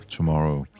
Tomorrow